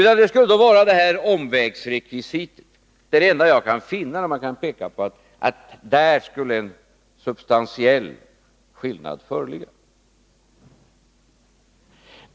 Vad det möjligen kan gälla är omvägsrekvisitet. Det är det enda jag kan finna som är av det slaget att man kan peka på det och säga att det innebär en substantiell skillnad.